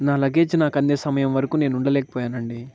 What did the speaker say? నా లగేజ్ నాకందే సమయం వరకు నేను ఉండలేకపోయానండి